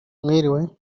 mwiriwe